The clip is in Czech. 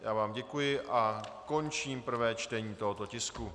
Já vám děkuji a končím prvé čtení tohoto tisku.